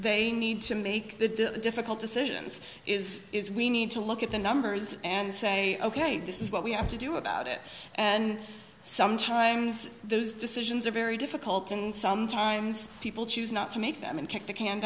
they need to make the difficult decisions is is we need to look at the numbers and say ok this is what we have to do about it and sometimes those decisions are very difficult and sometimes people choose not to make them and kick the can